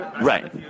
Right